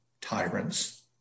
tyrants